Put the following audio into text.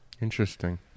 interesting